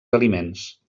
aliments